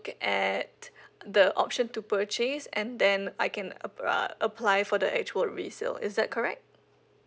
at the option to purchase and then I can apply uh apply for the actual resale is that correct